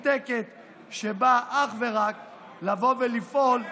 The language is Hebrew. מנותקת, שבאה אך ורק לבוא ולפעול עבור,